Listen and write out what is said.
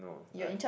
no like